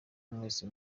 mwese